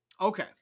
Okay